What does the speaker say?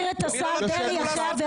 להחזיר את השר דרעי עכשיו,